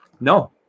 No